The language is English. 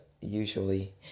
usually